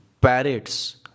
parrots